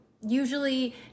usually